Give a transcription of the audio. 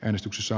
äänestyksessä